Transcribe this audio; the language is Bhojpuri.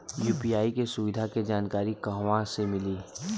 यू.पी.आई के सुविधा के जानकारी कहवा से मिली?